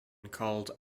called